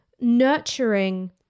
nurturing